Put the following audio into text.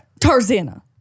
Tarzana